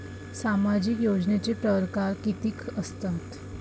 सामाजिक योजनेचे परकार कितीक असतात?